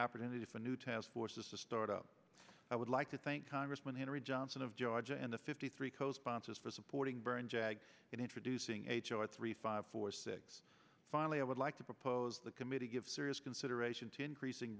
opportunities if a new task force is to start up i would like to thank congressman henry johnson of georgia and the fifty three co sponsors for supporting brain jag and introducing h r three five four six finally i would like to propose the committee give serious consideration to increasing